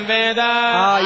Veda